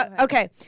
okay